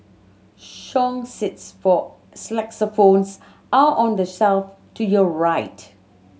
song sheets for are on the shelf to your right